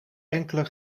enkele